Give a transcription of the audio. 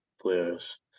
players